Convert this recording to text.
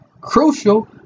crucial